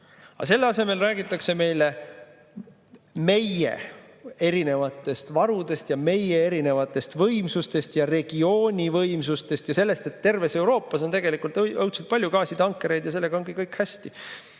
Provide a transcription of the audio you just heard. Selle asemel räägitakse meile "meie" varudest ja meie võimsustest ja regiooni võimsustest ja sellest, et terves Euroopas on tegelikult õudselt palju gaasitankereid, ja sellega ongi kõik hästi.